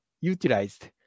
utilized